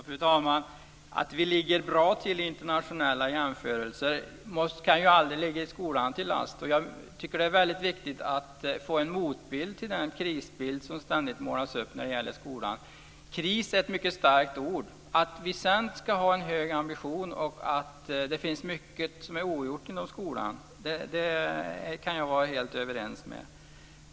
Fru talman! Att vi ligger bra till i internationella jämförelser kan aldrig ligga skolan till last. Jag tycker att det är väldigt viktigt att få en motbild till den krisbild som ständigt målas upp när det gäller skolan. Kris är ett mycket starkt ord. Att vi ska ha en hög ambition och att det finns mycket ogjort i skolan är jag helt överens om.